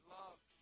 love